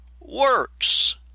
works